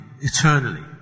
eternally